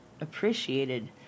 appreciated